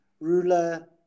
ruler